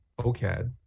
OCAD